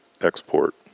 export